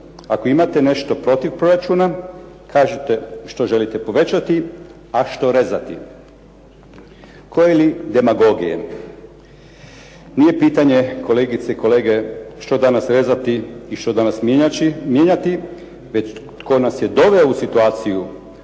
"Ako imate nešto protiv proračuna kažite što želite povećati, a što rezati." Koje li demagogije! Nije pitanje, kolegice i kolege, što danas rezati i što danas mijenjati, već tko nas je doveo u situaciju